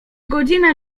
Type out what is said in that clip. godzina